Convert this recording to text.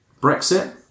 Brexit